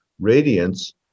radiance